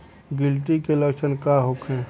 गिलटी के लक्षण का होखे?